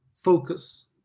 focus